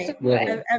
right